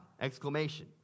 Exclamation